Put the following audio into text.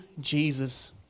Jesus